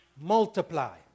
multiply